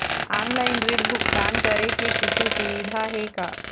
Online ऋण भुगतान करे के कुछू सुविधा हे का?